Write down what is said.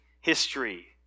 history